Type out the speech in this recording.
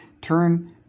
turn